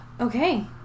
Okay